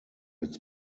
its